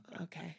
Okay